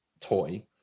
toy